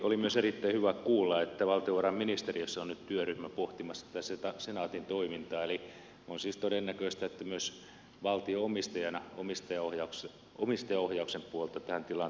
oli myös erittäin hyvä kuulla että valtiovarainministeriössä on nyt työryhmä pohtimassa tätä senaatin toimintaa eli on siis todennäköistä että myös valtio omistajana omistajaohjauksen puolelta tähän tilanteeseen reagoi